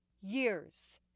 years